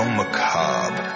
macabre